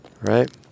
Right